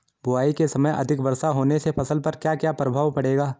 बुआई के समय अधिक वर्षा होने से फसल पर क्या क्या प्रभाव पड़ेगा?